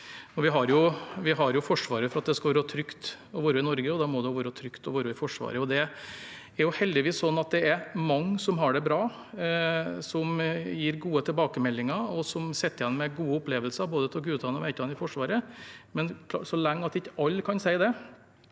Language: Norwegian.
Vi har jo Forsvaret for at det skal være trygt å være i Norge, og da må det også være trygt å være i Forsvaret. Det er heldigvis sånn at det er mange som har det bra, som gir gode tilbakemeldinger, og som sitter igjen med gode opplevelser – av både guttene og jentene i Forsvaret – men så lenge ikke alle kan si det,